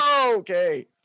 Okay